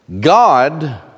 God